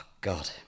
God